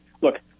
Look